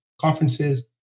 conferences